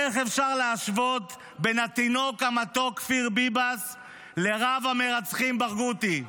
איך אפשר להשוות בין התינוק המתוק כפיר ביבס לרב המרצחים ברגותי?